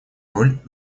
роль